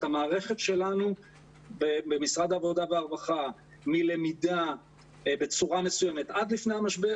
המערכת שלנו במשרד העבודה והרווחה מלמידה בצורה מסוימת עד לפני המשבר,